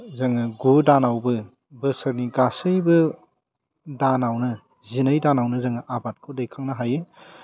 जोङो गु दानावबो बोसोरनि गासैबो दानावनो जिनै दानावनो जोङो आबादखौ दैखांनो हायो